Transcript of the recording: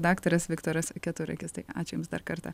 daktaras viktoras keturakis tai aš jums dar kartą